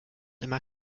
immer